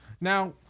Now